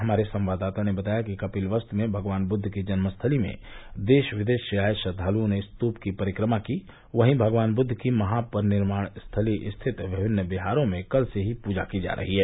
हमारे संवाददाता ने बताया कि कपिलवस्तु में भगवान बुद्व की जन्म स्थली में देश विदेश से आये श्रद्वाल्ओं ने स्तूप की परिक्रमा की वहीं भगवान बुद्ध की महापरिनिर्वाण स्थली स्थित विभिन्न विहारों में कल से ही पूजा की जा रही है